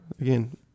again